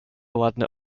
ładny